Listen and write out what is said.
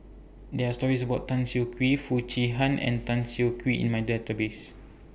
There Are stories about Tan Siah Kwee Foo Chee Han and Tan Siah Kwee in My Database